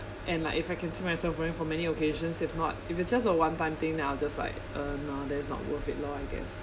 and like if I can see myself wearing for many occasions if not if it's just a one time thing then I will just like uh no that is not worth it lor I guess